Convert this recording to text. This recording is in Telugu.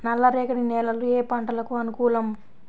నల్లరేగడి నేలలు ఏ పంటలకు అనుకూలం?